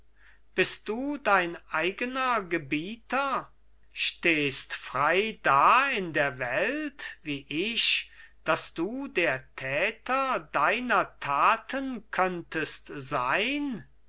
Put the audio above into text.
bist du dein eigener gebieter stehst frei da in der welt wie ich daß du der täter deiner taten könntest sein